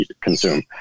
consume